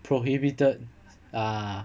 prohibited ah